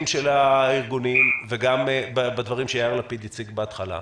הארגונים וגם בדברים שיאיר לפיד הציג בהתחלה,